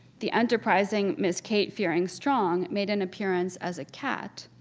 the enterprising miss kate fearing strong made an appearance as a cat,